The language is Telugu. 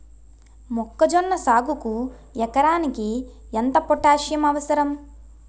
మొక్కజొన్న సాగుకు ఎకరానికి ఎంత పోటాస్సియం అవసరం?